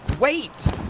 Wait